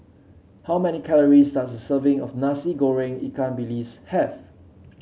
how many calories does a serving of Nasi Goreng Ikan Bilis have